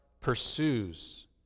pursues